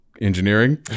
engineering